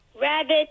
Rabbit